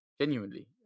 Genuinely